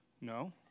No